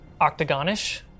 octagonish